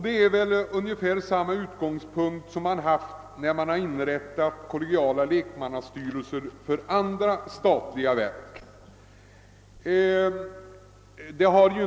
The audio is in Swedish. Det är ungefär samma utgångspunkt som man hade när de kollegiala lekmannastyrelserna för andra statliga verk tillsattes.